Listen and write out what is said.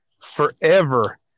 forever